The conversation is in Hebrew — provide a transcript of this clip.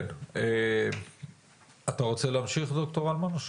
אתה רוצה להמשיך ד"ר הלמן?